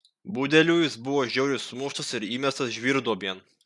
budelių jis buvo žiauriai sumuštas ir įmestas žvyrduobėn